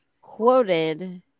quoted